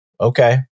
okay